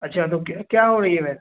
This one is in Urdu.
اچھا تو کیا کیا ہو رہی ہے ویسے